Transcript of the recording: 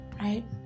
right